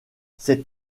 ces